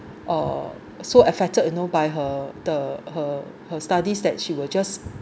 uh so affected you know by her the her her studies that she will just